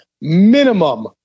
minimum